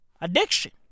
Addiction